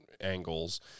angles